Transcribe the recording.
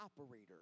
operator